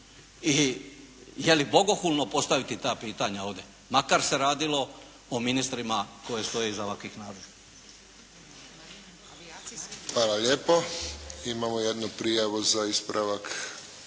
I je li bogohulno postaviti ta pitanja ovdje, makar se radilo o ministrima koji stoje iza ovakvih nadležnosti? **Friščić, Josip (HSS)** Hvala lijepo. Imamo jednu prijavu za ispravak